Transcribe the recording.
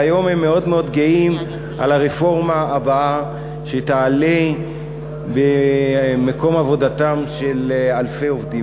והיום הם מאוד גאים ברפורמה הבאה שתעלה במקום עבודתם של אלפי עובדים.